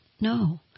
No